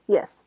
Yes